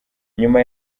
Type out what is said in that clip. nyuma